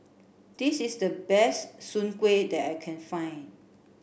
this is the best Soon Kway that I can find